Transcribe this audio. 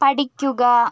പഠിക്കുക